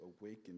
awaken